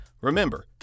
Remember